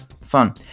fun